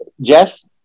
Jess